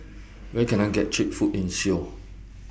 Where Can I get Cheap Food in Seoul